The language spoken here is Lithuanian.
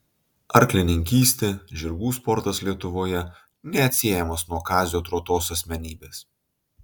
arklininkystė žirgų sportas lietuvoje neatsiejamas nuo kazio trotos asmenybės